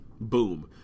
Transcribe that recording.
Boom